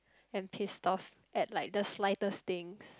and pissed off at like the slightest things